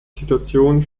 situation